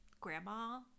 grandma